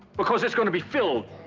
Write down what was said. because it's going to be filled.